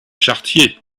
chartier